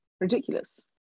Ridiculous